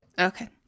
Okay